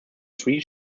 three